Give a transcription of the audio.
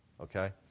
Okay